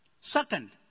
Second